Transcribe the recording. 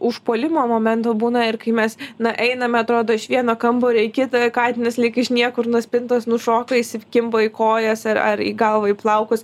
užpuolimo momentų būna ir kai mes na einame atrodo iš vieno kambario į kitą katinas lyg iš niekur nuo spintos nušoka įsikimba į kojas ar ar į galvą į plaukus